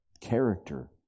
character